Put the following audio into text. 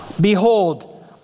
Behold